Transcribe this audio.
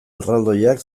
erraldoiak